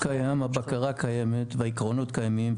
החוק קיים הבקרה קיימת והעקרונות קיימים,